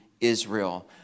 Israel